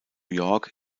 york